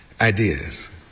ideas